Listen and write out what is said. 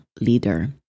leader